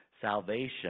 salvation